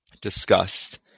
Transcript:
discussed